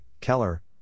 Keller